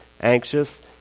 anxious